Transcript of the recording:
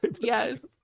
yes